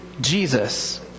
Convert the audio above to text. Jesus